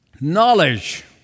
Knowledge